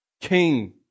King